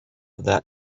that